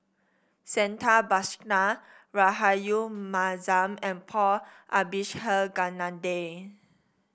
Santha Bhaskar Rahayu Mahzam and Paul Abisheganaden